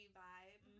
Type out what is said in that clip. vibe